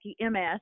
M-S